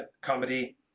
comedy